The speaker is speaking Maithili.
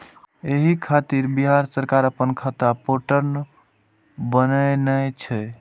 एहि खातिर बिहार सरकार अपना खाता पोर्टल बनेने छै